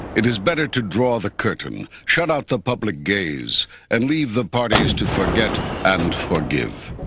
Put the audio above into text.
it is better to draw the curtain, shut out the public gaze and leave the parties to forget and forgive